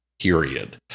period